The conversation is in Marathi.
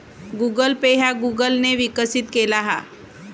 गुगल पे ह्या गुगल ने विकसित केला हा